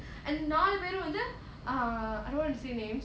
and நாலு பேரும் வந்து:naalu perum vandhu err I don't want to say names